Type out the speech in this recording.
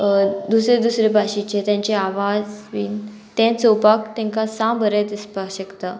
दुसरे दुसरे भाशेचे तेंचे आवाज बीन ते चोवपाक तेंकां सां बरें दिसपाक शकता